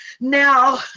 Now